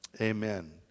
amen